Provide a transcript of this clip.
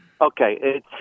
Okay